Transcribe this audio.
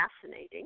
fascinating